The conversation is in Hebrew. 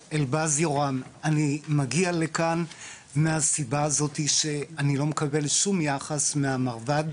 אני מגיע לכאן מהסיבה הזאת שאני לא מקבל שום יחס מהמרב"ד.